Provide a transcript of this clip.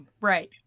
Right